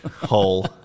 hole